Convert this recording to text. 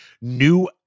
new